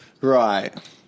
Right